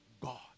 God